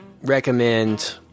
recommend